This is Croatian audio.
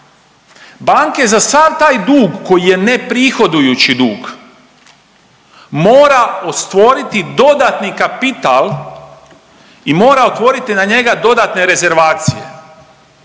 banke za sav taj dug koji je neprihodujući dug mora stvoriti dodatni kapital i mora otvoriti na njega dodatne rezervacije